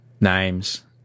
names